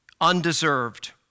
undeserved